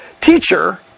teacher